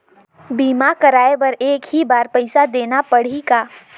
बीमा कराय बर एक ही बार पईसा देना पड़ही का?